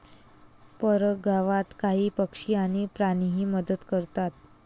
परगावात काही पक्षी आणि प्राणीही मदत करतात